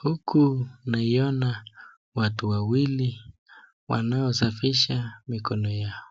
Huku naiona watu wawili wanaosafisha mikono yao